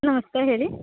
ನಮಸ್ತೆ ಹೇಳಿ